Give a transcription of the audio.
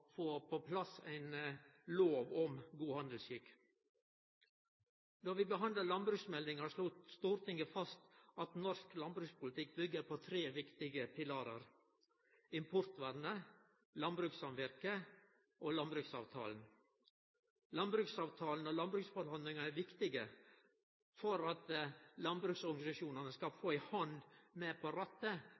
få på plass ei lov om god handelsskikk. Då vi behandla landbruksmeldinga, slo Stortinget fast at norsk landbrukspolitikk byggjer på tre viktige pilarar: importvernet, landbrukssamvirket og landbruksavtalen. Landbruksavtalen og landbruksforhandlingane er viktige for at landbruksorganisasjonane skal få ei hand med på rattet